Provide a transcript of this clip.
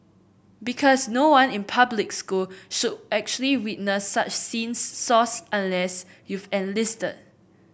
because no one in public school should actually witness such scenes source unless you've enlisted